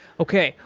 okay,